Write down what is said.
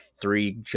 three